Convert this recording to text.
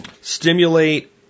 stimulate